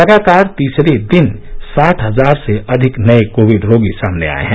लगातार तीसरे दिन साठ हजार से अधिक नए कोविड रोगी सामने आए हैं